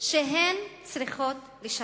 שהן צריכות לשלם: